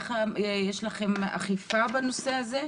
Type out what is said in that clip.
יש לכם אכיפה בנושא הזה?